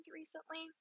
recently